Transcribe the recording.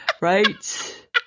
right